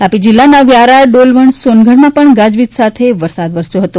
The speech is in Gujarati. તાપી જિલ્લાના વ્યારા ડોલવણ સોનગઢમાં પણ ગાજવીજ સાથે વરસાદ વરસ્યો હતો